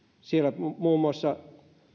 siellä muun muassa